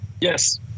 Yes